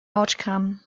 outcome